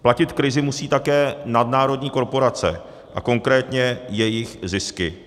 Platit v krizi musí také nadnárodní korporace a konkrétně jejich zisky.